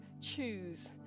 choose